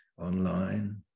online